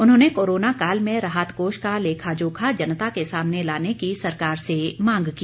उन्होंने कोरोना काल में राहत कोष का लेखा जोखा जनता के सामने लाने की सरकार से मांग की